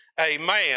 Amen